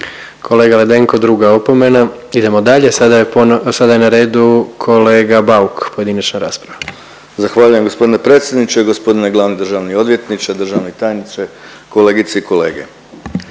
Kolega Ledenko, druga opomena. Idemo dalje, sada je po…, sada je na redu kolega Bauk, pojedinačna rasprava. **Bauk, Arsen (SDP)** Zahvaljujem g. predsjedniče, g. glavni državni odvjetniče, državni tajniče, kolegice i kolege.